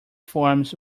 forms